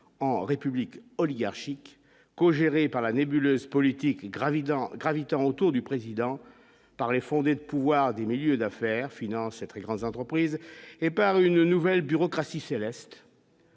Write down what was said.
en république oligarchique cogéré par la nébuleuse politique gravitant gravitant autour du président par les fondés de pouvoir des milieux d'affaires très grandes entreprises et par une nouvelle bureaucratie céleste.